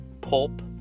Pulp